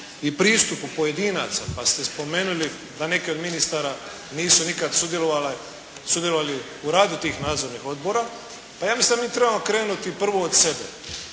i pristupu pojedinaca, pa ste spomenuli da neki od ministara nisu nikad sudjelovali u radu tih nadzornih odbora. Pa ja mislim da moramo krenuti prvo od sebe.